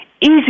easy